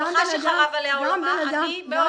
המשפחה שחרב עליה עולמה, אני מאוד נסערת.